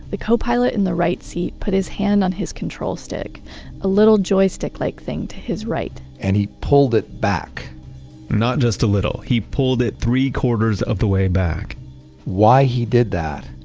the co-pilot in the right seat put his hand on his control stick a little joystick like thing to his right and he pulled it back not just a little, he pulled it three-quarters of the way back why he did that